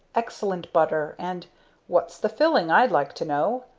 excellent butter, and what's the filling i'd like to know?